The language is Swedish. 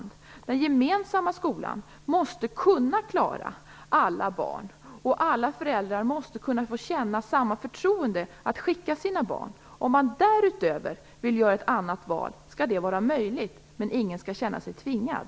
Den gemensamma skolan måste kunna klara alla barn. Alla föräldrar måste kunna känna samma förtroende och vilja skicka sina barn till skolan. Om man därutöver vill göra ett annat val skall det vara möjligt, men ingen skall känna sig tvingad.